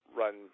run